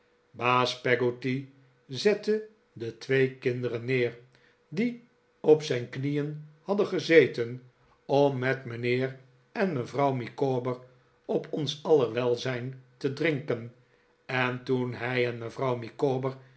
baas peggotty zette de twee kinderen neer die op zijn knieen hadden gezeten om met mijnheer en mevrouw micawber op ons aller welzijn te drinken en toen hij en mijnheer